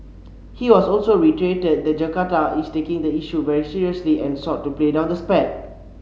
he also also reiterated that Jakarta is taking the issue very seriously and sought to play down the spat